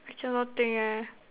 I cannot think eh